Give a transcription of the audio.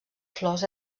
flors